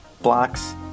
blocks